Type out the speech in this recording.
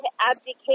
abdicate